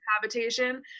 habitation